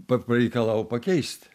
pa pareikalavo pakeist